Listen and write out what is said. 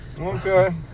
okay